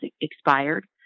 expired